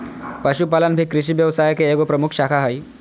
पशुपालन भी कृषि व्यवसाय के एगो प्रमुख शाखा हइ